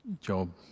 job